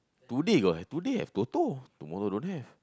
today got today got Toto tomorrow don't have